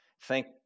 thank